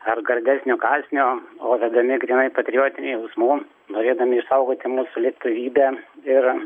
ar gardesnio kąsnio o vedami grynai patriotinių jausmų norėdami išsaugoti mūsų lietuvybę ir